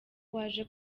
waje